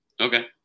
Okay